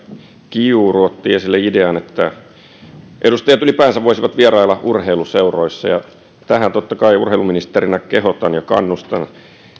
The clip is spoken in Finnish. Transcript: kiuru otti esille idean että edustajat ylipäänsä voisivat vierailla urheiluseuroissa tähän totta kai urheiluministerinä kehotan ja kannustan